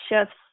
shifts